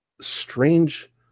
strange